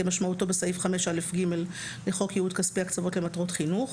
כמשמעותו בסעיף 5א(ג) לחוק ייעוד כספי הקצבות למטרות חינוך,